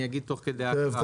אני אגיד תוך כדי ההקראה.